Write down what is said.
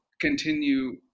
continue